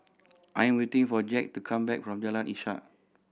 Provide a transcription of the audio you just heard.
I'm waiting for Jax to come back from Jalan Ishak